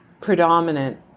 predominant